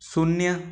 शून्य